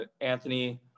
Anthony